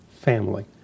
family